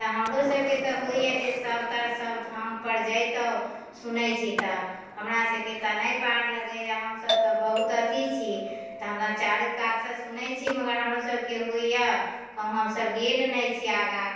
तऽ हमरो सभके तऽ होइए जे सभतरि सभ धामपर जाइतहुँ सुनै छी तऽ हमरा सभके तऽ नहि पार लगैए हमसभ तऽ बहुत अथी छी तऽ हमरा चारू कातसँ सुनै छी मगर हमरा सभके होइए कहुँ हमसभ गेल नहि छी आगा